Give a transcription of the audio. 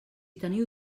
teniu